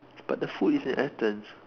but the food is in Athens